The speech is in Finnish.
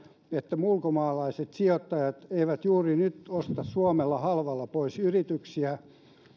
että ulkomaalaiset sijoittajat eivät juuri nyt osta suomesta halvalla pois